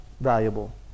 valuable